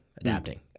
adapting